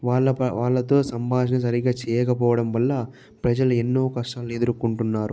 వాళ్ళ ప వాళ్ళతో సంభాషణ సరిగ్గా చేయకపోవడం వల్ల ప్రజలు ఎన్నో కష్టాలను ఎదుర్కొంటున్నారు